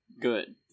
good